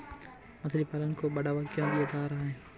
मछली पालन को बढ़ावा क्यों दिया जा रहा है?